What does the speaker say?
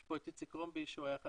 יש פה את איציק קרומבי שהוא היה אחד